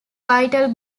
vital